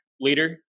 leader